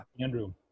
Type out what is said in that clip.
Andrew